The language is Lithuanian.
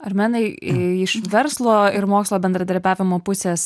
armenai iš verslo ir mokslo bendradarbiavimo pusės